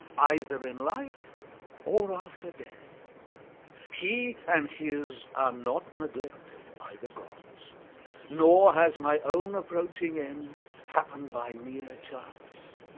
either in life or after death he and his are not neglected by the gods nor has my own approaching end happened by mere chance.